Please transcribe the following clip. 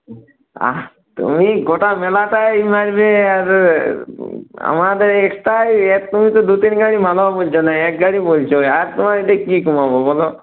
তুমি গোটা মেলাটাই মারবে আর আমাদের একটাই তুমি তো দু তিন গাড়ি মালও বলছ না এক গাড়ি বলছ আর তোমার ইটা কি কমাবো বলো